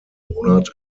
monat